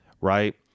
Right